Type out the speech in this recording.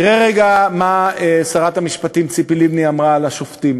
תראה רגע מה שרת המשפטים ציפי לבני אמרה על השופטים,